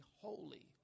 holy